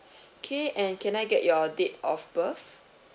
okay and can I get your date of birth